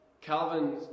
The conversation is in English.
Calvin